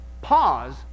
Pause